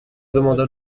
demanda